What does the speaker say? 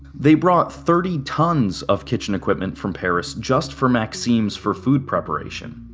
they brought thirty tons of kitchen equipment from paris just for maxim's for food preparation.